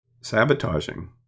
Sabotaging